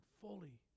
fully